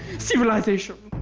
civilization.